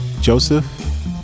joseph